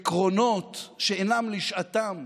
עקרונות שאינם לשעתם,